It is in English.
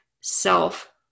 self